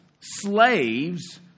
slaves